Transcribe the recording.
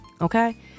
Okay